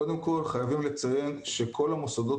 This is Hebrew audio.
קודם כל חייבים לציין שכל המוסדות